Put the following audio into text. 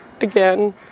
again